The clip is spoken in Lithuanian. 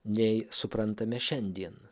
nei suprantame šiandien